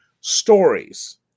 Stories